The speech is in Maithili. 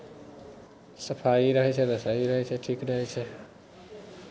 सफाइ रहै छै तऽ सही रहै छै ठीक रहै छै